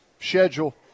Schedule